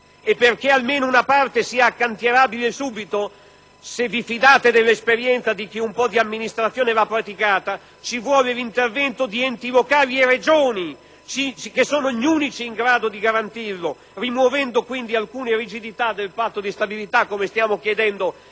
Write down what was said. e perché almeno una parte sia accantierabile subito, se vi fidate dell'esperienza di chi un po' di amministrazione l'ha praticata, ci vuole l'intervento di Enti locali e Regioni, gli unici in grado di garantirlo, rimuovendo alcune rigidità del patto di stabilità come stiamo chiedendo